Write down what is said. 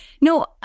no